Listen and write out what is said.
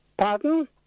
Pardon